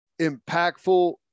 impactful